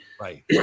Right